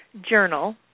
Journal